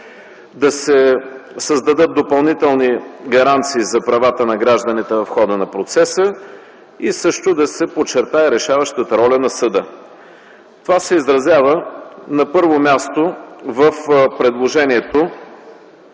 Да се създадат допълнителни гаранции за правата на гражданите в хода на процеса и също да се подчертае решаващата роля на съда. Това се изразява, на първо място, в предложението